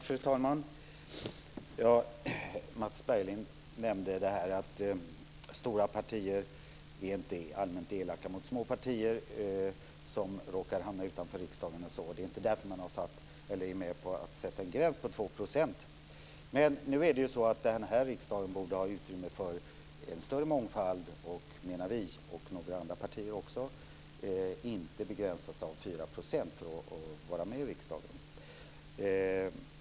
Fru talman! Mats Berglind nämnde att stora partier inte är allmänt elaka mot små partier som råkar att hamna utanför riksdagen. Det är inte därför som man är med på att sätta gränsen vid 2 %. Men den här riksdagen borde ha utrymme för en större mångfald, anser vi i Miljöpartiet och några andra partier. Den borde inte begränsas till att partiet ska ha fått 4 % av rösterna för att få vara med i riksdagen.